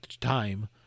time